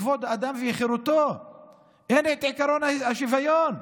כבוד האדם וחירותו אין את עיקרון השוויון.